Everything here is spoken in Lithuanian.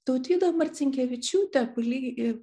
tautvyda marcinkevičiūtė kuri